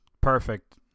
Perfect